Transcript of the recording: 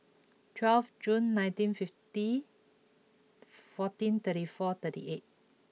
twelve June nineteen fifty fourteen thirty four thirty eight